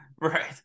Right